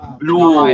blue